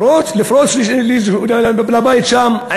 לפרוץ לבית שם,